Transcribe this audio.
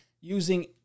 using